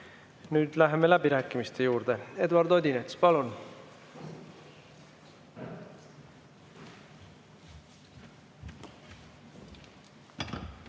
Nüüd läheme läbirääkimiste juurde. Eduard Odinets, palun!